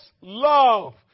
love